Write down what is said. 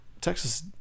Texas